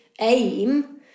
aim